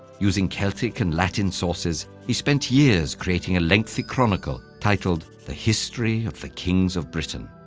using celtic and latin sources, he spent years creating a lengthy chronicle titled, the history of the kings of britain.